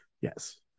Yes